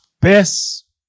best